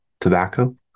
tobacco